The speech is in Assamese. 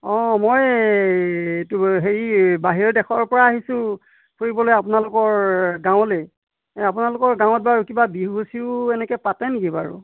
অঁ মই এইটো হেৰি বাহিৰৰ দেশৰ পৰা আহিছোঁ ফুৰিবলৈ আপোনালোকৰ গাঁৱলৈ আপোনালোকৰ গাঁৱত বাৰু কিবা বিহু চিহু এনেকৈ পাতে নেকি বাৰু